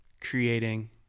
creating